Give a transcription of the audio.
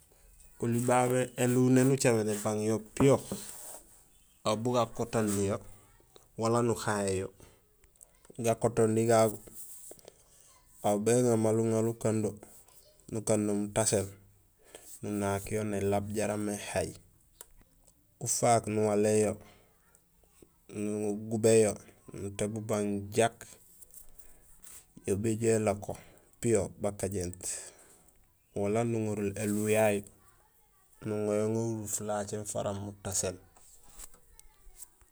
Oli babé éluw éni ucaméén bébang yo piyo, aw bu gakotondi yo wala nu hayéén yo gakotondi gagu aw béŋa maal uŋa ukando nukando mutaséén nunak yo nélaab jaraam éhay ufaak nuwaléén yo nugubéén yo nutéb ubang jaak yo béju élako piyo bakajénut wala nuŋorul éliw yayu nuŋa yo uŋa uruur fulacéén fara mutaséén.